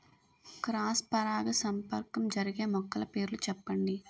Cross పరాగసంపర్కం జరిగే మొక్కల పేర్లు చెప్పండి?